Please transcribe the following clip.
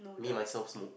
me myself smoke